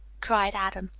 cried adam.